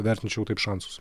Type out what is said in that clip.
vertinčiau taip šansus